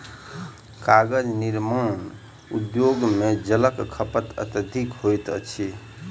कागज निर्माण उद्योग मे जलक खपत अत्यधिक होइत अछि